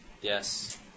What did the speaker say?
Yes